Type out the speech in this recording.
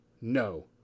No